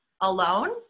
alone